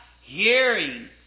hearing